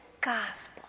gospel